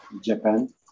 Japan